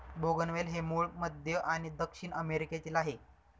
बोगनवेल हे मूळ मध्य आणि दक्षिण अमेरिकेतील आहे